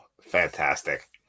fantastic